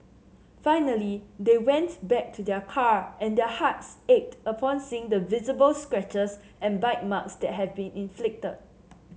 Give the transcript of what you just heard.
finally they went back to their car and their hearts ached upon seeing the visible scratches and bite marks that had been inflicted